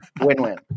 win-win